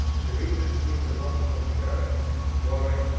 to me this seems a wonderful charge why,